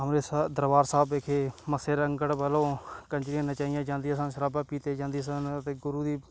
ਅੰਮ੍ਰਿਤਸਰ ਦਰਬਾਰ ਸਾਹਿਬ ਵਿਖੇ ਮੱਸੇ ਰੰਗੜ ਵੱਲੋਂ ਕੰਜਰੀਆਂ ਨਚਾਈਆਂ ਜਾਂਦੀਆਂ ਸਨ ਸ਼ਰਾਬਾਂ ਪੀਤੀਆ ਜਾਂਦੀਆਂ ਸਨ ਅਤੇ ਗੁਰੂ ਦੀ